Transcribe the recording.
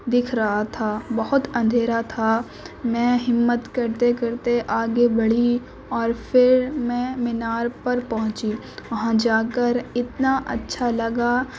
دکھ رہا تھا بہت اندھیرا تھا میں ہمت کرتے کرتے آگے بڑھی اور پھر میں مینار پر پہنچی وہاں جاکر اتنا اچھا لگا